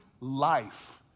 life